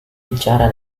bicara